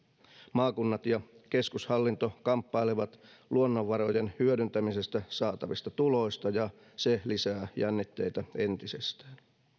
maakunnat ja keskushallinto kamppailevat luonnonvarojen hyödyntämisestä saatavista tuloista ja se lisää jännitteitä entisestään